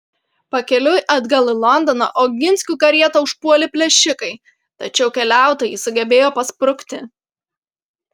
pakeliui atgal į londoną oginskių karietą užpuolė plėšikai tačiau keliautojai sugebėjo pasprukti